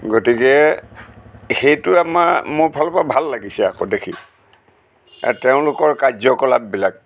গতিকে সেইটো আমাৰ মোৰ ফালৰ পৰা ভাল লাগিছে আকৌ দেখি তেওঁলোকৰ কাৰ্যকলাপ বিলাক